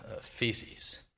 feces